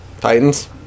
Titans